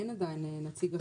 אין עדיין נציג אחראי.